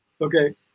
Okay